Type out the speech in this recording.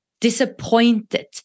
disappointed